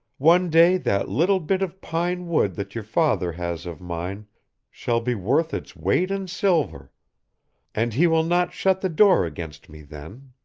one day that little bit of pine wood that your father has of mine shall be worth its weight in silver and he will not shut the door against me then.